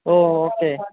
ഓ okay